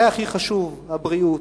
זה הכי חשוב, הבריאות,